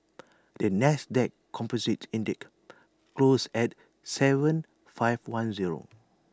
the Nasdaq composite index closed at Seven five one zero